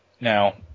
now